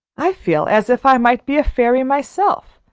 i feel as if i might be a fairy myself,